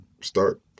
start